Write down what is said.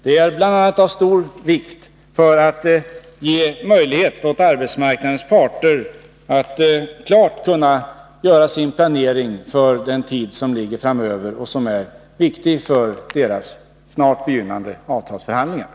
Det är bl.a. av stor vikt när det gäller att ge arbetsmarknadens parter möjlighet att klart göra sin planering för tiden framöver. Det är också viktigt för de snart begynnande avtalsförhandlingarna.